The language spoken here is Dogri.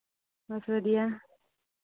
बस बधिया